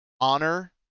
honor